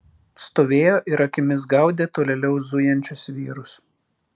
stovėjo ir akimis gaudė tolėliau zujančius vyrus